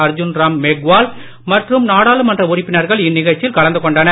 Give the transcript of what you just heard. அர்ஜுன்ராம்மேக்வால்மற்றும்நாடாளுமன்றஉறுப்பினர்கள்இந்நிகழ்ச்சியி ல்கலந்துகொண்டனர்